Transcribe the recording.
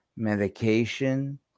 Medication